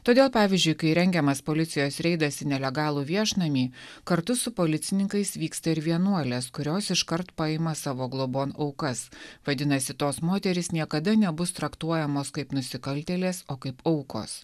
todėl pavyzdžiui kai rengiamas policijos reidas į nelegalų viešnamį kartu su policininkais vyksta ir vienuolės kurios iškart paima savo globon aukas vadinasi tos moterys niekada nebus traktuojamos kaip nusikaltėlės o kaip aukos